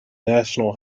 national